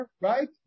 Right